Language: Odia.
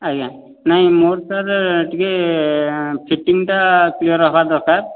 ଆଜ୍ଞା ନାହିଁ ମୋର ସାର୍ ଟିକେ ଫିଟିଂ ଟା କ୍ଲିଅର ହେବା ଦରକାର